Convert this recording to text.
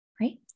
right